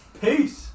Peace